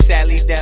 Sally